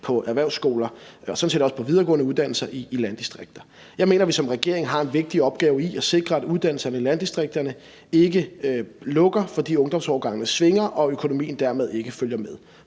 erhvervsskoler og sådan set også videregående uddannelser i landdistrikter. Jeg mener, at vi som regering har en vigtig opgave i at sikre, at uddannelserne i landdistrikterne ikke lukker, fordi ungdomsårgangene svinger og økonomien dermed ikke følger med.